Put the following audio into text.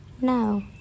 no